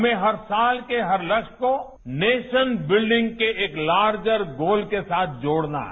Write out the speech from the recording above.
हमें हर साल के हर लक्ष्य को नेशन बिल्डिंग के एक लार्जर गोल के साथ जोड़ना है